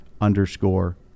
underscore